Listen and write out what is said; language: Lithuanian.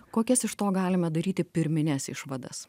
kokias iš to galime daryti pirmines išvadas